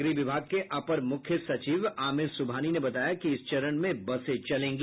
गृह विभाग के अपर मुख्य सचिव आमिर सुबहानी ने बताया कि इस चरण में बसें चलेंगी